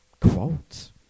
quotes